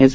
S